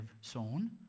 sown